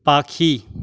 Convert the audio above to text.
পাখি